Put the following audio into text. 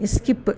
skip